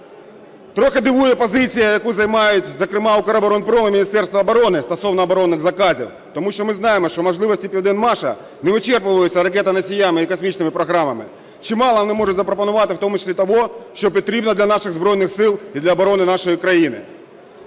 Трохи дивує позиція, яку займають, зокрема "Укроборонпром" і Міністерство оборони стосовно оборонних заказів. Тому що ми знаємо, що можливості "Південмашу" не вичерпуються ракетоносіями і космічними програмами. Чимало вони можуть запропонувати в тому числі того, що потрібно для наших Збройних Сил і для оборони нашої країни.